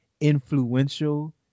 influential